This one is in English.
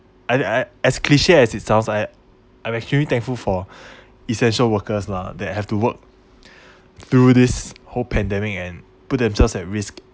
I I as cliche as it sounds I I'm actually thankful for essential workers lah that have to work through this whole pandemic and put themselves at risk